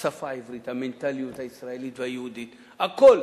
השפה העברית, המנטליות הישראלית והיהודית, הכול.